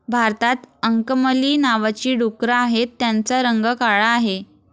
भारतात अंकमली नावाची डुकरं आहेत, त्यांचा रंग काळा आहे